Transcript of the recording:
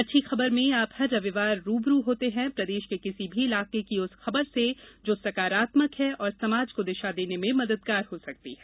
अच्छी खबरमें आप हर रविवार रूबरू होते हैं प्रदेश के किसी भी इलाके की उस खबर से जो सकारात्मक है और समाज को दिशा देने में मददगार हो सकती है